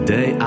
Day